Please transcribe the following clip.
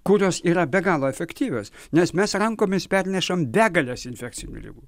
kurios yra be galo efektyvios nes mes rankomis pernešam begales infekcinių ligų